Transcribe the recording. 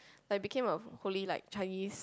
like became like a fully like Chinese